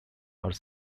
are